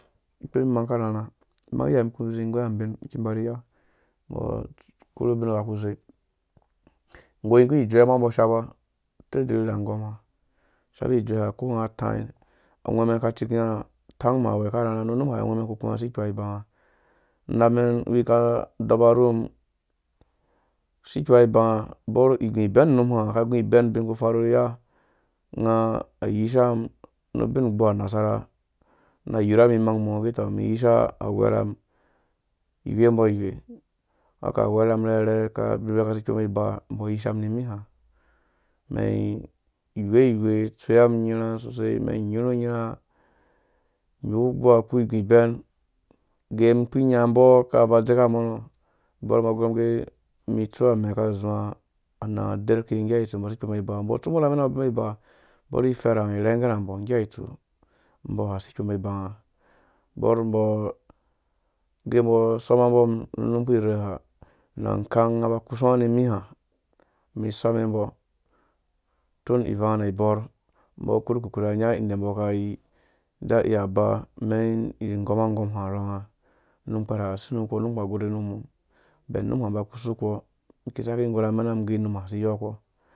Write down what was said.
Ikpom inang aka rharhã imang iyia umum iki ikũ ĩnggoi abin ĩmba riya umbo akurhu ubingha uku uzee inggoi nggu ijue uma umbo aka shapa uta dalili anggɔma ishapi ijuɛ ukonga ataĩ angwɛ̃ mɛn aka cika atang umum uwa aka rharha nu unum ha ungwɛ mem uku kũnga asi ikpoa ibibanga unapmɛn uwuruwi aka ado'sa ru mum, ikpoa ibi banga bor igũ ibɛn unum hã unga ayisa mum nu ubin ugbuwa unasara na ayiruwa umum imang umɔ̃ age, utɔ umum iyisa awerhamum, ighwembɔ ighwe haka awɛrha mumarherhe bi aka asi ikpombɔ ibibaa ayisa mumrimiã umɛn ighwe ighwe atsua hwa umum nyirha sosai umɛn inyirhu nyirha inu ugbuwa ukpu igu ibɛn uge ikpuri iyinya mbɔ akaba azeka umɔ̃ abɔrɔ ag umum itsu amɛ̃ aka zuwã ananga aderke nggea itsu umbo asi ikpombɔ ibibanga umbɔ biba bor iferhunga irhenge na mbɔ ngge itsua umbɔ asi kpombɔ bibanga ubɔr umbɔ age umbo asoma mbɔ umum unum ukpu irhe ha na akang aba akusa nimiha umi isome umbo utum ivanga ina ibɔr numbɔ akurhu ukokanrhi anya inda umbɔ akui ada iya aba umɛn ĩnggɔma anggɔma urhɔnga, unum ukpɛrɛ ha usi iwekpɔ unum agherhe nu mum ubɛn unuma uba utsi kpɔ isaki inggor ra amɛna mum ingg unum hã usi iyokpɔ